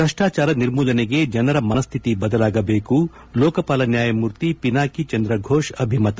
ಭ್ರಷ್ಟಾಚಾರ ನಿರ್ಮೂಲನೆಗೆ ಜನರ ಮನಸ್ಸಿತಿ ಬದಲಾಗಬೇಕು ಲೋಕಪಾಲ ನ್ಯಾಯಮೂರ್ತಿ ಪಿನಾಕಿ ಚಂದ್ರಘೋಷ್ ಅಭಿಮತ